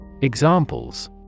Examples